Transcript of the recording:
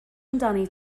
amdani